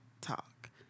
talk